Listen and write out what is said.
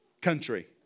country